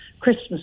Christmas